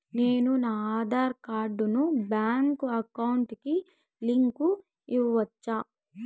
నేను నా ఆధార్ కార్డును బ్యాంకు అకౌంట్ కి లింకు ఇవ్వొచ్చా?